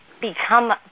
become